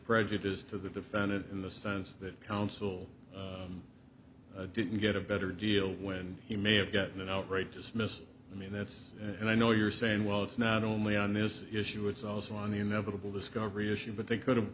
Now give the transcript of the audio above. prejudice to the defendant in the sense that counsel didn't get a better deal when he may have gotten an outright dismissal i mean that's and i know you're saying well it's not only on this issue it's also on the inevitable discovery issue but they could have